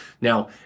Now